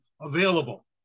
available